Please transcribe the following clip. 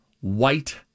white